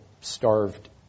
starved